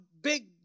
big